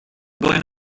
going